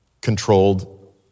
Controlled